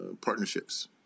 partnerships